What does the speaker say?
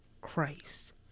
Christ